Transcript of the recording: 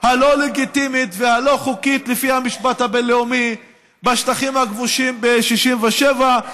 הלא-לגיטימית והלא-חוקית לפי המשפט הבין-לאומי בשטחים הכבושים ב-67',